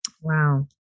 Wow